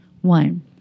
One